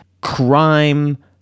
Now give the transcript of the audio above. crime